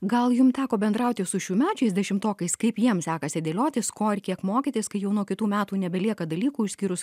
gal jum teko bendrauti su šiųmečiais dešimtokais kaip jiem sekasi dėliotis ko ir kiek mokytis kai jau nuo kitų metų nebelieka dalykų išskyrus